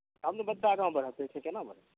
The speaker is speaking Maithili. तब ने बच्चा आगाॅं बढ़त अयसे केना बढ़त